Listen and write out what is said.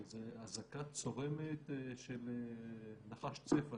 זו אזעקה צורמת של נחש צפע,